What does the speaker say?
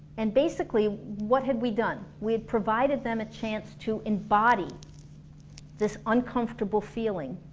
and basically, what had we done? we had provided them a chance to embody this uncomfortable feeling